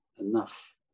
Enough